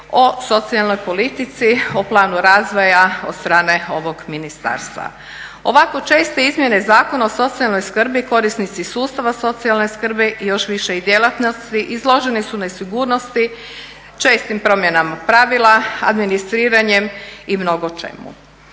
o socijalnoj politici, o planu razvoja od strane ovog ministarstva. Ovako česte izmjene Zakona o socijalnoj skrbi korisnici sustava socijalne skrbi još više i djelatnosti izloženi su nesigurnosti, čestim promjenama pravila, administriranjem i mnogo čemu.